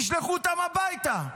תשלחו אותם הביתה.